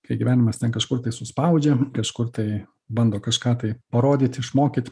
kai gyvenimas ten kažkur tai suspaudžia kažkur tai bando kažką tai parodyt išmokyt